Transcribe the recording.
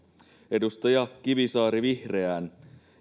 edustaja kivisaari vihreään